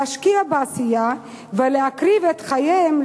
להשקיע בעשייה ולהקריב את חייהם,